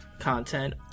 content